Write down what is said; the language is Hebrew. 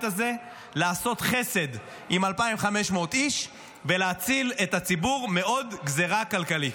הזה לעשות חסד עם 2,500 איש ולהציל את הציבור מעוד גזרה כלכלית.